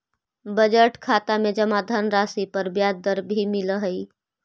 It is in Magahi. बजट खाता में जमा धनराशि पर ब्याज दर भी मिलऽ हइ